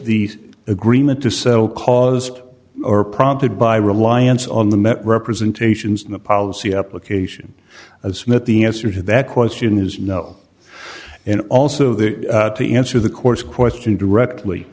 the agreement to sell caused or prompted by reliance on the met representations in the policy up location of smith the answer to that question is no and also there to answer the court's question directly